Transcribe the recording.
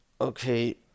Okay